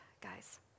guys